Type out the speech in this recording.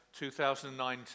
2019